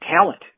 talent